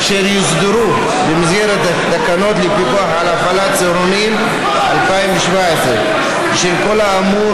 אשר יוסדרו במסגרת התקנות לפיקוח על הפעלת צהרונים 2017. בשל כל האמור,